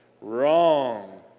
Wrong